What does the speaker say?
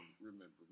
Remember